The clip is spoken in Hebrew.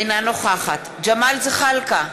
אינה נוכחת ג'מאל זחאלקה,